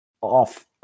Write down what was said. off